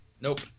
Nope